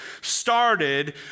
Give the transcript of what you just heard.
started